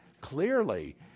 clearly